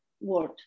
word